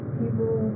people